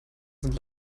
sind